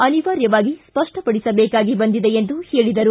ಅನಿವಾರ್ಯವಾಗಿ ಸ್ಪಷ್ಟ ಪಡಿಸಬೇಕಾಗಿ ಬಂದಿದೆ ಎಂದರು